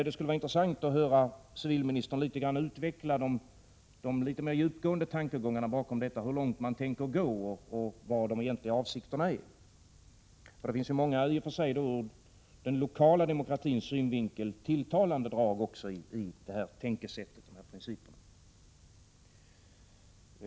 Det skulle vara intressant att höra civilministern något utveckla de mer djupgående tankarna bakom detta, hur långt man tänker gå och vilka de egentliga avsikterna är. I och för sig finns det ur den lokala demokratins synvinkel många tilltalande drag i detta tänkesätt och dessa principer.